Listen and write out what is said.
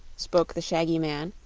spoke the shaggy man,